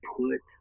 put